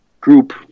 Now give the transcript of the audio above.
group